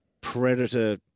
predator